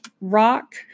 Rock